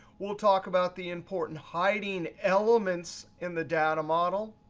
we'll talk about the important hiding elements in the data model.